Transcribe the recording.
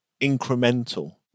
incremental